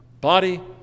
body